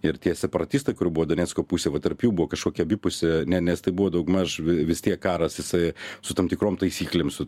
ir tie separatistai kurių buvo donecko pusėj va tarp jų buvo kažkokia abipusė ne nes tai buvo daugmaž vis tiek karas jisai su tam tikrom taisyklėm su